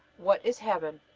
what is heaven?